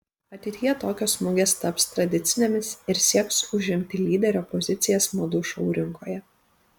ateityje tokios mugės taps tradicinėmis ir sieks užimti lyderio pozicijas madų šou rinkoje